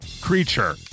creature